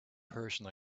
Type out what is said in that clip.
person